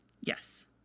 Yes